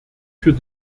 für